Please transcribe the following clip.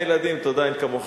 תודה, אין כמוך.